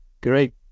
Great